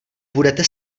budete